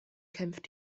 kämpft